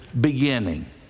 beginning